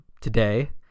today